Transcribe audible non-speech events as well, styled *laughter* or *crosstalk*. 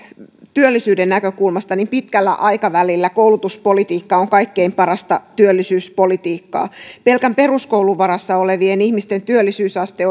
työllisyyden näkökulmasta niin pitkällä aikavälillä koulutuspolitiikka on kaikkein parasta työllisyyspolitiikkaa pelkän peruskoulun varassa olevien ihmisten työllisyysaste *unintelligible*